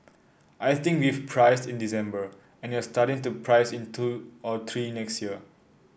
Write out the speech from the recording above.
I think we've priced in December and you're starting to price in two or three next year